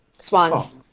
swans